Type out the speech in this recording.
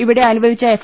ഇവിടെ അനുവദിച്ച എഫ്